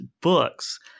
books